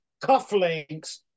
cufflinks